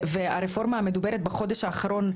והרפורמה המדוברת בחודש האחרון,